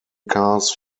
cars